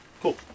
Cool